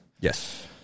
Yes